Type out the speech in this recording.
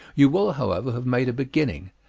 you will, however, have made a beginning,